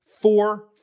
four